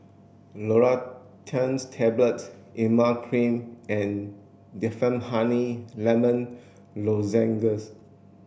Loratadine Tablets Emla Cream and Difflam Honey Lemon Lozenges